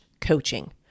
coaching